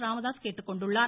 ராமதாஸ் கேட்டுக்கொண்டுள்ளார்